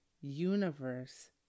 universe